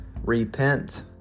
repent